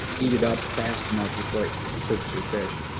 eat it up fast enough before it hurts your fish.